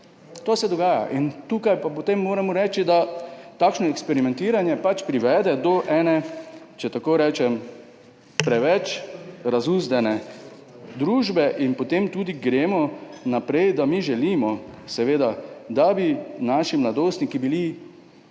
To se dogaja. Tukaj pa potem moramo reči, da takšno eksperimentiranje privede do, če tako rečem, preveč razuzdane družbe. Potem gremo naprej. Mi želimo, da bi bili naši mladostniki